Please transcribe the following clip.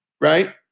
Right